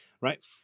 right